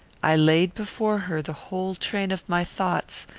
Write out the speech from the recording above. i laid before her the whole train of my thoughts,